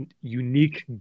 unique